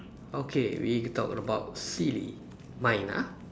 okay we talk about silly mine ah